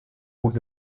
gut